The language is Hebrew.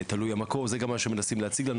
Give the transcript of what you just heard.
תלוי המקור, זה גם מה שמנסים להציג לנו.